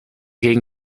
gegen